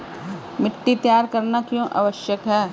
मिट्टी तैयार करना क्यों आवश्यक है?